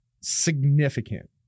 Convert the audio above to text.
significant